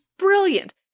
brilliant